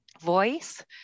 voice